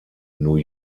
new